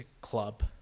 club